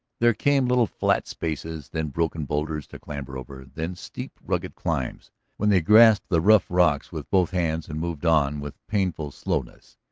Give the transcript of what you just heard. there came little flat spaces, then broken boulders to clamber over, then steep, rugged climbs, when they grasped the rough rocks with both hands and moved on with painful slowness.